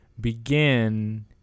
begin